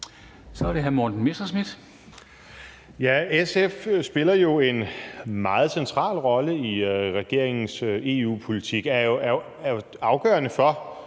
Kl. 14:02 Morten Messerschmidt (DF): SF spiller jo en meget central rolle i regeringens EU-politik og er jo afgørende for,